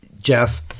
Jeff